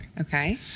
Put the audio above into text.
Okay